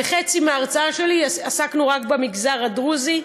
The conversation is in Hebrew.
וחצי מההרצאה שלי עסקנו רק במגזר הדרוזי,